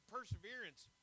Perseverance